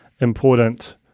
important